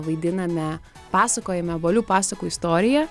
vaidiname pasakojime obuolių pasakų istoriją